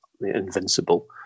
invincible